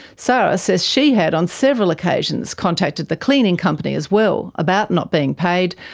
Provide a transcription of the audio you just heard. sara says she had on several occasions contacted the cleaning company as well about not being paid,